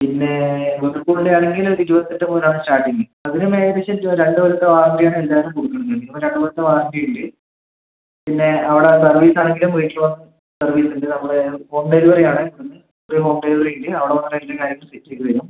പിന്നെ വേൾപൂളിൻ്റെ ആണെങ്കിൽ ഒരു ഇരുപത്തിയെട്ട് മുതലാണ് സ്റ്റാർട്ടിംഗ് അതിനും ഏകദേശം ഒരു രണ്ട് കൊല്ലത്തെ വാറന്റി ആണ് എല്ലാവരും കൊടുക്കുന്നത് ഇതിനൊക്കെ രണ്ട് കൊല്ലത്തെ വാറന്റി ഉണ്ട് പിന്നെ അവിടെ സർവീസ് ആണെങ്കിലും വീട്ടിൽ വന്ന് സർവീസ് ഉണ്ട് നമ്മൾ ഹോം ഡെലിവറി ആണ് ഇവിടെ നിന്ന് ഒരു ഹോം ഡെലിവറി ഉണ്ട് അവിടെ വന്ന് കാര്യങ്ങളും സെറ്റ് ചെയ്ത് തരും